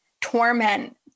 torment